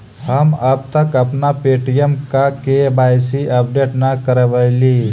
हम अब तक अपना पे.टी.एम का के.वाई.सी अपडेट न करवइली